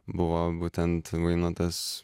buvo būtent vainotas